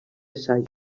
assajos